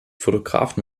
fotografen